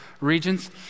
regions